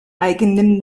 eigenem